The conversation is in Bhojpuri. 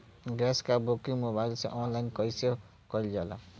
गैस क बुकिंग मोबाइल से ऑनलाइन कईसे कईल जाला?